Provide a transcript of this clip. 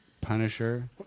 Punisher